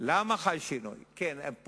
גם למפת הדרכים הם מתנגדים.